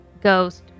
ghost